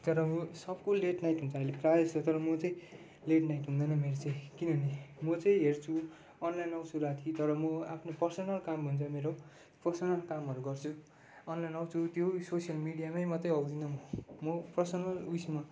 तर यो सबको लेट नाइट हुन्छ अहिले प्राय जस्तो तर म चाहिँ लेट नाइट हुँदैन मेरो चाहिँ किनभने म चाहिँ हेर्छु अनलाइन आउँछु राती तर म आफ्नो पर्सनल काम हुन्छ मेरो पर्सनल कामहरू गर्छु अनलाइन आउँछु त्यो सोसियल मिडियामै मात्रै आउँदिन म म पर्सनल उयसमा